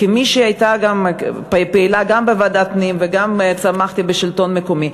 כמי שהייתה פעילה גם בוועדת הפנים וגם צמחתי בשלטון המקומי,